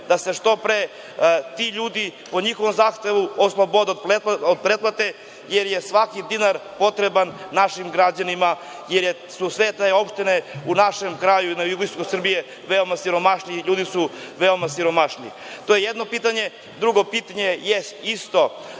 da se što pre ti ljudi po njihovom zahtevu oslobode od pretplate, jer je svaki dinar potreban našim građanima, a sve su te opštine u našem kraju, na jugoistoku Srbije, veoma siromašne i ljudi su veoma siromašni. To je jedno pitanje. Drugo pitanje je isto